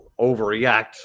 overreact